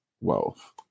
wealth